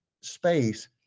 space